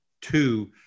two